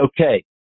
okay